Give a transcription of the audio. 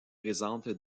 présente